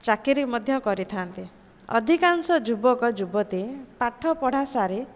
ଚାକିରି ମଧ୍ୟ କରିଥାନ୍ତି ଅଧିକାଂଶ ଯୁବକ ଯୁବତୀ ପାଠପଢ଼ା ସାରି